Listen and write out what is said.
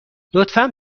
لطفا